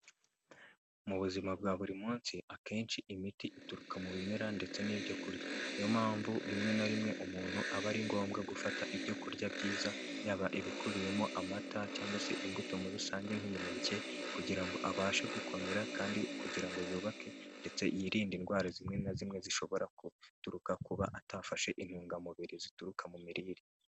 Mu buzima bwa buri munsi akenshi imiti ituruka mu bimera ndetse n'ibyo kurya, niyo mpamvu rimwe na rimwe umuntu aba ari ngombwa gufata ibyo kurya byiza, yaba ibikubiyemo amata cyangwa se imbuto muri rusange nk'imineke kugira ngo abashe gukomera kandi kugira ngo yubake ndetse yirinde indwara zimwe na zimwe zishobora guturuka ku kuba atafashe intungamubiri zituruka mu mirire.